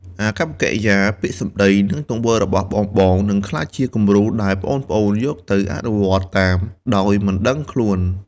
អាកប្បកិរិយា ពាក្យសម្ដី និងទង្វើ របស់បងៗ នឹងក្លាយជាគំរូដែលប្អូនៗយកទៅអនុវត្តតាមដោយមិនដឹងខ្លួន ។